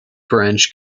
branch